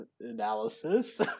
analysis